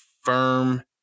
firm